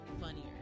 funnier